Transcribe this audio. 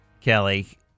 Kelly